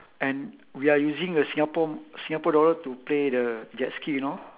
and we are using the singapore singapore dollar to play the jet ski you know